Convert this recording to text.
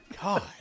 god